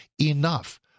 enough